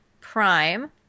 Prime